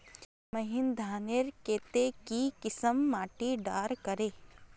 महीन धानेर केते की किसम माटी डार कर?